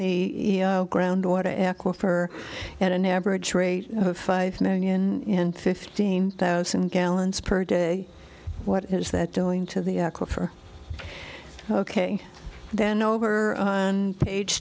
the groundwater aquifer at an average rate of five million and fifteen thousand gallons per day what is that doing to the aquifer ok then over and page